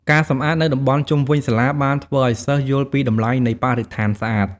ការសំអាតនៅតំបន់ជុំវិញសាលាបានធ្វើឲ្យសិស្សយល់ពីតម្លៃនៃបរិស្ថានស្អាត។